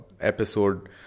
episode